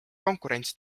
konkurents